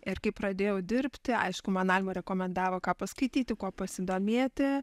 ir kai pradėjau dirbti aišku man alma rekomendavo ką paskaityti kuo pasidomėti